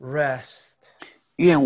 rest